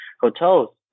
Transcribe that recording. hotels